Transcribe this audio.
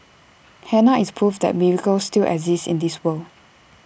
Hannah is proof that miracles still exist in this world